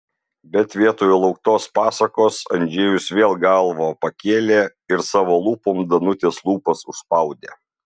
bet vietoj lauktos pasakos andžejus vėl galvą pakėlė ir savo lūpom danutės lūpas užspaudė